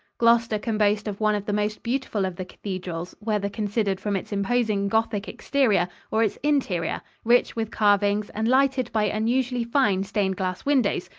gloucester can boast of one of the most beautiful of the cathedrals, whether considered from its imposing gothic exterior or its interior, rich with carvings and lighted by unusually fine stained-glass windows,